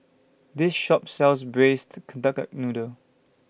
This Shop sells Braised Duck Noodle